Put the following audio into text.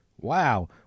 Wow